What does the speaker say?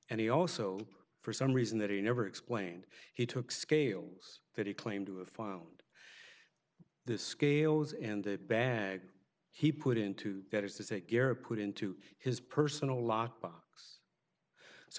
and he also for some reason that he never explained he took scales that he claimed to have found the scales and the bag he put into that is to take care put into his personal lock box so